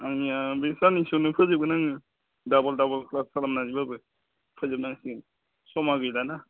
आंनिया बे गाबोनसोआवनो फोजोबगोन आङो डाबोल डाबोल क्लास खालामनानैबाबो फोजोबनांसिगोन समा गैलाना